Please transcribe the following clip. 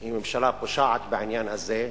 היא ממשלה פושעת בעניין הזה,